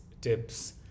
tips